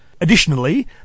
Additionally